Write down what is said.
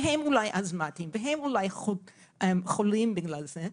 הם אולי אסתמטיים או חולים בגלל זה.